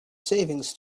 savings